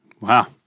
Wow